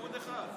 בליכוד אחד.